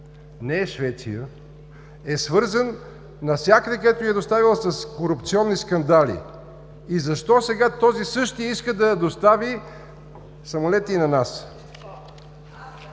не е Швеция – е свързан навсякъде, където е доставяла с корупционни скандали и защо сега този същият иска да достави самолети и на нас?